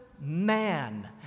man